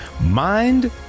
Mind